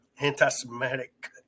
Anti-Semitic